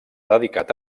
dedicat